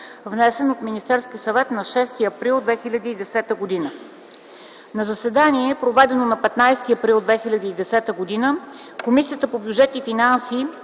внесен от Министерски съвет на 06.04.2010 г. На заседание, проведено на 15 април 2010 г., Комисията по бюджет и финанси